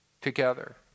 together